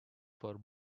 for